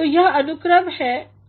तो यह अनुक्रम